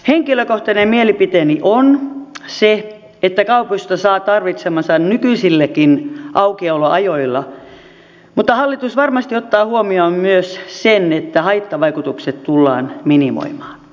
henkilökohtainen mielipiteeni on se että kaupoista saa tarvitsemansa nykyisilläkin aukioloajoilla mutta hallitus varmasti ottaa huomioon myös sen että haittavaikutukset tullaan minimoimaan